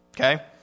okay